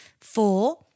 Four